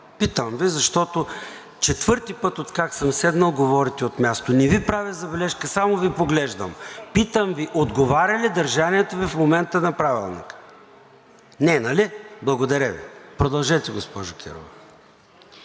Питам Ви, защото четвърти път, откакто съм седнал, говорите от място. Не Ви правя забележка, а само Ви поглеждам. Питам Ви: отговаря ли държанието Ви в момента на Правилника? Не, нали. Благодаря Ви. Продължете, госпожо Кирова.